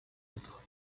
autre